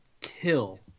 kill